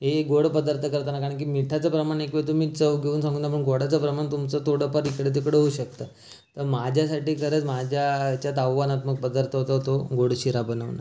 हे गोड पदार्थ करताना कारण की मिठाचं प्रमाण एक वेळ तुम्ही चव घेऊन सांगू पण गोडाचं प्रमाण तुमचं थोडंफार इकडंतिकडं होऊ शकतं तर माझ्यासाठी खरंच माझ्या ह्याच्यात आव्हानात्मक पदार्थ होता तो गोड शिरा बनवणं